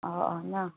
ꯑꯣ ꯑꯣ ꯅꯪ